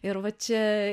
ir va čia